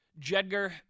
Jedgar